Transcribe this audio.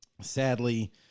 Sadly